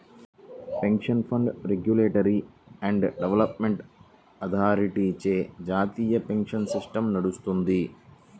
pension fund regulatory and development అథారిటీచే జాతీయ pension system నడుత్తది